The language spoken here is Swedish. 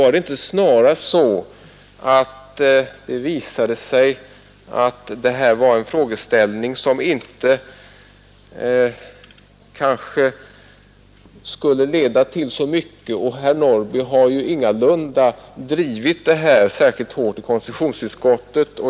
Var det inte snarare så att detta visade sig vara en frågeställning som kanske inte skulle leda till så mycket? Herr Norrby har ju ingalunda drivit detta ärende särskilt hårt i konstitutionsutskottet.